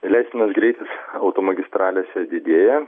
tai leistinas greitis automagistralėse didėja